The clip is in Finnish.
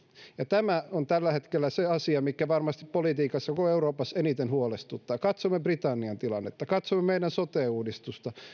ja tämä on tällä hetkellä se asia mikä varmasti politiikassa koko euroopassa eniten huolestuttaa jos katsomme britannian tilannetta meidän sote uudistustamme